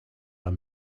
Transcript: are